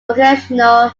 vocational